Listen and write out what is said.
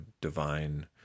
divine